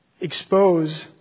expose